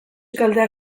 kalteak